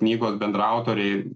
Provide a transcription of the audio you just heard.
knygos bendraautoriai